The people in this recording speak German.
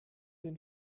den